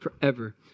forever